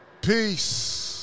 Peace